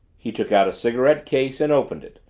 he took out a cigarette case and opened it,